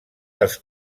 els